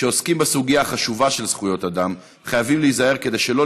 כשעוסקים בסוגיה החשובה של זכויות אדם חייבים להיזהר כדי שלא